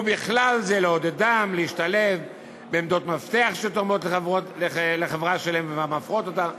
ובכלל זה לעודדם להשתלב בעמדות מפתח התורמות לחברה שלהם ומפרות אותה?